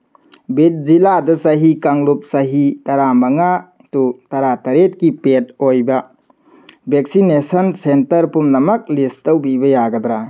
ꯕꯤꯠ ꯖꯤꯂꯥꯗ ꯆꯍꯤ ꯀꯥꯡꯂꯨꯞ ꯆꯍꯤ ꯇꯔꯥꯃꯉꯥ ꯇꯨ ꯇꯔꯥꯇꯔꯦꯠꯀꯤ ꯄꯦꯠ ꯑꯣꯏꯕ ꯚꯦꯛꯁꯤꯟꯅꯦꯁꯟ ꯁꯦꯟꯇꯔ ꯄꯨꯝꯅꯃꯛ ꯂꯤꯁ ꯇꯧꯕꯤꯕ ꯌꯥꯒꯗ꯭ꯔꯥ